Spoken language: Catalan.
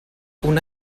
una